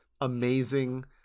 amazing